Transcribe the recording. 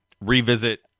revisit